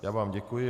Já vám děkuji.